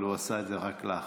אבל הוא עשה את זה רק לאחרונה.